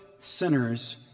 sinners